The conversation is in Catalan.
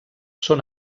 són